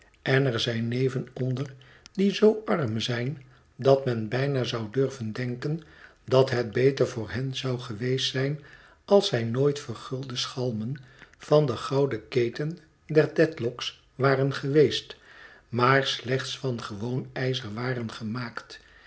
en er zijn neven onder die zoo arm zijn dat men bijna zou durven denken dat het beter voor hen zou geweest zijn als zij nooit vergulde schalmen van de gouden keten der dedlock's waren geweest maar slechts van gewoon ijzer waren gemaakt